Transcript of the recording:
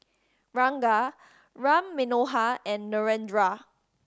Ranga Ram Manohar and Narendra